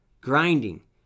grinding